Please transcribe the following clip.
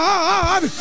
God